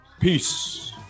Peace